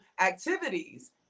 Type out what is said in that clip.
activities